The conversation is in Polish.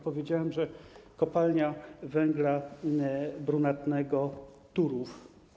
Powiedziałem: Kopalnia Węgla Brunatnego Turów.